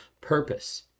purpose